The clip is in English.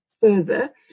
further